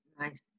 Nice